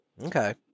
Okay